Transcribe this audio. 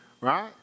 Right